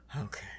Okay